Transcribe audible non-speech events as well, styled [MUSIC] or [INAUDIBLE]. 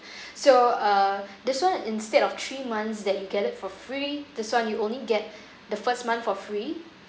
[BREATH] so uh this [one] instead of three months that you get it for free this [one] you only get [BREATH] the first month for free